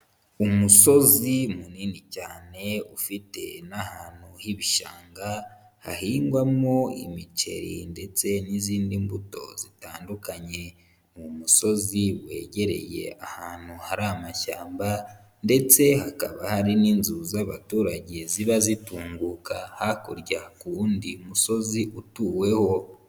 Umusozi munini cyane ufite n'ahantu h'ibishanga hahingwamo imiceri ndetse n'izindi mbuto zitandukanye, ni umusozi wegereye ahantu hari amashyamba ndetse hakaba hari n'inzu z'abaturage ziba zitunguka hakurya ku wundi musozi utuweho.